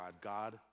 God